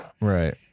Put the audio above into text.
Right